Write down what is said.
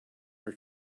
are